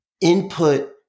input